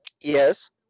Yes